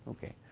okay.